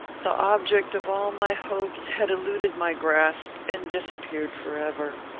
the object of all my hopes had eluded my grasp, and disappeared forever.